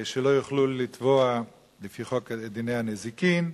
שלא יוכלו לתבוע לפי חוק דיני הנזיקין.